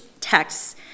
texts